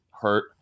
hurt